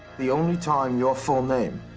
the only time your full name,